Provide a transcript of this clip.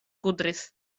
kudris